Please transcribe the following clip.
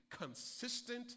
consistent